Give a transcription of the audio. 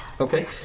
Okay